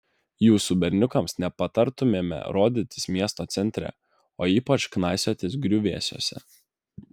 jūsų berniukams nepatartumėme rodytis miesto centre o ypač knaisiotis griuvėsiuose